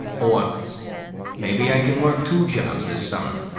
or maybe i can work two jobs this summer.